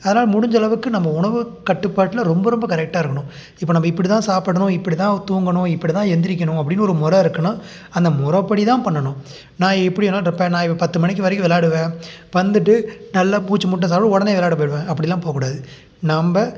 அதனால் முடிஞ்சளவுக்கு நம்ம உணவு கட்டுப்பாட்டில் ரொம்ப ரொம்ப கரெக்டாக இருக்கணும் இப்போ நம்ம இப்படி தான் சாப்பிடணும் இப்படி தான் தூங்கணும் இப்படி தான் எந்திரிக்கணும் அப்படின்னு ஒரு முற இருக்குதுன்னா அந்த முறப்படி தான் பண்ணணும் நான் எப்படி வேணாலும் இருப்பேன் நான் பத்து மணிக்கு வரைக்கும் விளையாடுவேன் வந்துட்டு நல்லா மூச்சு முட்ட சாப்பிட்டு உடனே விளையாட போய்டுவேன் அப்படிலாம் போககூடாது நம்ம